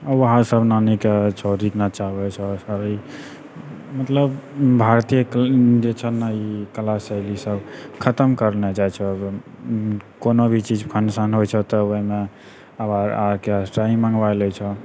वहाँ सब लानीके छौड़ीके नचाबै छऽ मतलब भारतीय जे छऽ ने ई कला शैली सब खतम करने जाइ छऽ कोनो भी चीज फंक्शन होइ छऽ तऽ ओहिमे आब ऑर्केस्ट्रा ही मँगवा लै छऽ